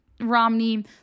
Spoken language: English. Romney